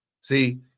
See